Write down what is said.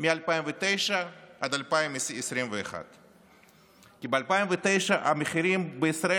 מ-2009 עד 2021. ב-2009 המחירים בישראל